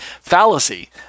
fallacy